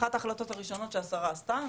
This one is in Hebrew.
אחת ההחלטות הראשונות שהשרה עשתה,